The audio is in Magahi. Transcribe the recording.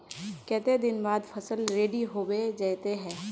केते दिन बाद फसल रेडी होबे जयते है?